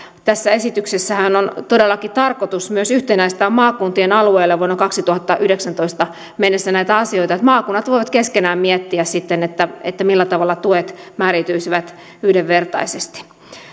tässä esityksessähän on todellakin tarkoitus myös yhtenäistää maakuntien alueelle vuoteen kaksituhattayhdeksäntoista mennessä näitä asioita niin että maakunnat voivat keskenään miettiä sitten millä tavalla tuet määräytyisivät yhdenvertaisesti